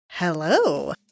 Hello